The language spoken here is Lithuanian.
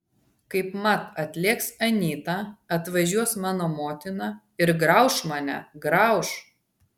kaipmat atlėks anyta atvažiuos mano motina ir grauš mane grauš